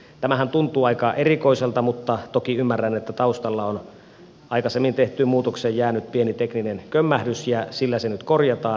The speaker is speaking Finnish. tämähän tuntuu aika erikoiselta mutta toki ymmärrän että taustalla on aikaisemmin tehtyyn muutokseen jäänyt pieni tekninen kömmähdys ja sillä se nyt korjataan